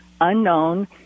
unknown